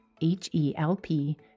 H-E-L-P